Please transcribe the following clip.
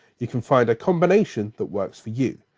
you can find a combination that works for you.